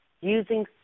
using